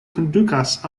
kondukas